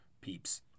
peeps